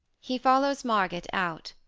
he follows marget out.